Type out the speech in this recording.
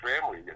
family